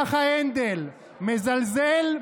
כך הנדל מזלזל,